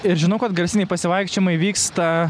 ir žinau kad garsiniai pasivaikščiojimai vyksta